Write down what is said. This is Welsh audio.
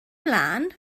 ymlaen